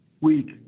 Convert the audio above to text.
week